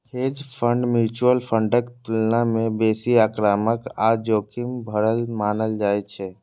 hedge fund mutual फंडक तुलना मे बेसी आक्रामक आ जोखिम भरल मानल जाइ छै